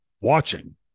watching